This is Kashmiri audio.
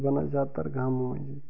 یم چھِ بنان زیادٕ تر گامَن منٛزٕے